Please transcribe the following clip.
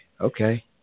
okay